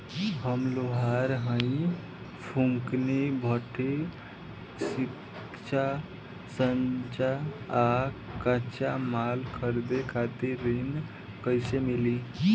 हम लोहार हईं फूंकनी भट्ठी सिंकचा सांचा आ कच्चा माल खरीदे खातिर ऋण कइसे मिली?